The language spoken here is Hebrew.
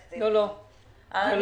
בניית תקציב המדינה לשנת 2020. מתי אני אקבל